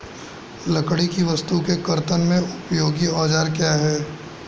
लकड़ी की वस्तु के कर्तन में उपयोगी औजार क्या हैं?